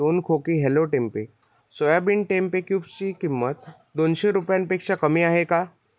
दोन खोकी hello tempeh soybean tempeh क्यूबची किंमत दोनशे रुपयांपेक्षा कमी आहे का